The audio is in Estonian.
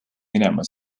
minema